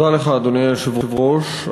אדוני היושב-ראש,